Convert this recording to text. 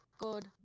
good